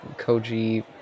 Koji